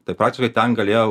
tai praktiškai ten galėjo